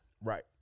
Right